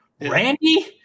randy